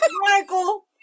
Michael